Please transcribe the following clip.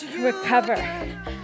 Recover